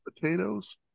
potatoes